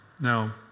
Now